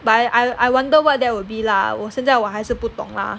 but I I wonder what that would be lah 我现在我还是不懂 lah